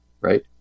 right